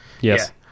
yes